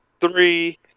three